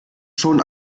schon